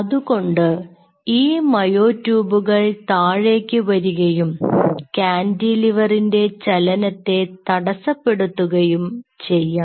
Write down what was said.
അതുകൊണ്ട് ഈ മയോ ട്യൂബുകൾ താഴേക്കു വരികയും കാന്റിലിവ റിൻറെ ചലനത്തെ തടസ്സപ്പെടുത്തുകയും ചെയ്യാം